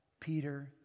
Peter